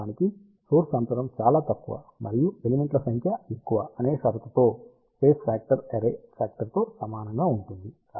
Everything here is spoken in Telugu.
వాస్తవానికి సోర్స్ అంతరం చాలా తక్కువ మరియు ఎలెమెంట్ల సంఖ్య ఎక్కువ అనే షరతుతో స్పేస్ ఫ్యాక్టర్ అర్రే ఫ్యాక్టర్ తో సమానంగా ఉంటుంది